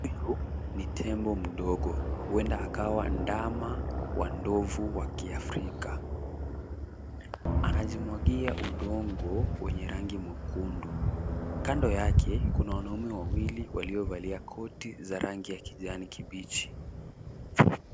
Huyu ni tembo mdogo huenda akawa ndama wa ndovu wa Kiafrika. Anajimwagia udongo wenye rangi mwekundu. Kando yake kuna wanaume wawili waliovalia koti za rangi ya kijani kibichi.